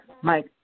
Mike